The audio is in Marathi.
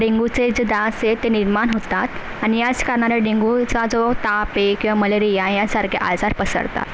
डेंग्यूचे जे डास आहेत ते निर्माण होतात आणि याच कारणाने डेंग्यूचा जो ताप आहे किंवा मलेरिया यासारखे आजार पसरतात